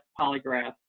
polygraph